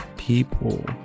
people